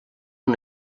una